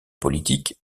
politique